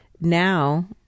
now